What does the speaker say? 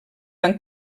van